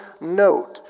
note